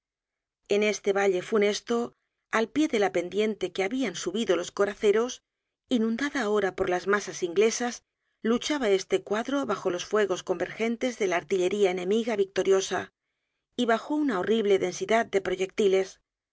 en este valle funesto al pie de la pendiente que habian subido los coraceros inundada ahora por las masas inglesas luchaba este cuadro bajo los fuegos convergentes de la artillería enemiga victoriosa y bajo una horrible densidad de proyectiles